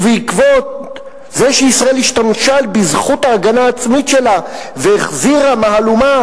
ובעקבות זה שישראל השתמשה בזכות ההגנה העצמית שלה והחזירה מהלומה,